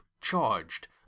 charged